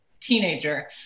teenager